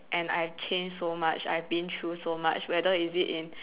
and I've changed so much I been through so much whether is it in